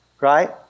Right